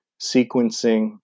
sequencing